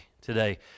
today